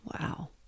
wow